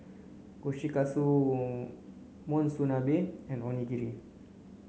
Kushikatsu Monsunabe and Onigiri